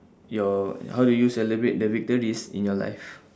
your how do you celebrate the victories in your life